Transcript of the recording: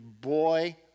boy